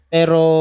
Pero